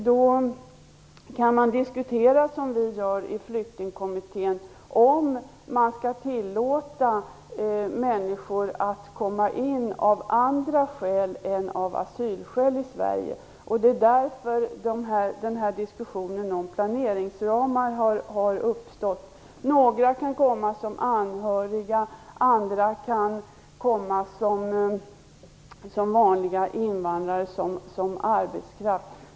Då kan man diskutera som vi gör i Flyktingkommittén, dvs. om man skall tillåta människor att komma in i Sverige av andra skäl än asylskäl. Det är därför som den här diskussionen om planeringsramar har uppstått. Några kan komma som anhöriga, och andra kan komma som vanliga invandrare, som arbetskraft.